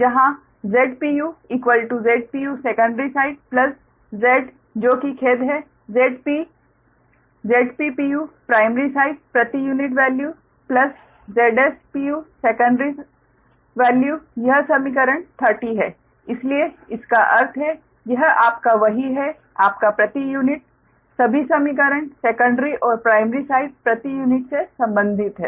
जहाँ Z Z secondary side Zs जो कि खेद है Zp Zp प्राइमरी साइड प्रति unit value plus Zs secondary value यह समीकरण 30 है इसलिए इसका अर्थ है यह आपका वही है आपका प्रति यूनिट सभी समीकरण सेकंडरी और प्राइमरी साइड प्रति यूनिट से संबंधित हैं